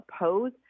oppose